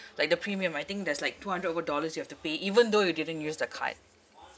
like the premium I think that's like two hundred over dollars you have to pay even though you didn't use the card